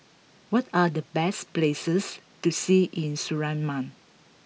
what are the best places to see in Suriname